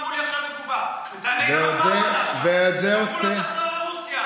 ואת זה עושה,